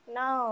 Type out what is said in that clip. no